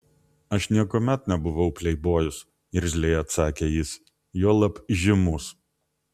aš niekuomet nebuvau pleibojus irzliai atsakė jis juolab įžymus